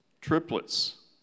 Triplets